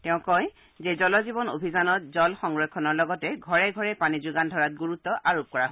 তেওঁ কয় যে জল জীৱন অভিযানত জল সংৰক্ষণৰ লগতে ঘৰে ঘৰে পানী যোগান ধৰাত গুৰুত্ব আৰোপ কৰা হৈছে